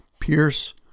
pierce